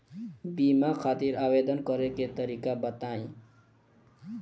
बीमा खातिर आवेदन करे के तरीका बताई?